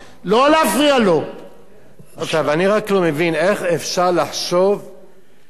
אני רק לא מבין איך אפשר לחשוב שאפשר לחבר את כל המועצות האלה.